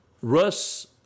Russ